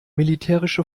militärische